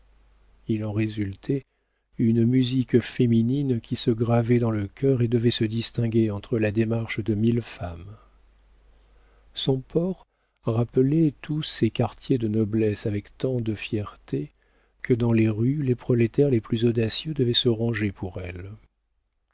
il en résultait une musique féminine qui se gravait dans le cœur et devait se distinguer entre la démarche de mille femmes son port rappelait tous ses quartiers de noblesse avec tant de fierté que dans les rues les prolétaires les plus audacieux devaient se ranger pour elle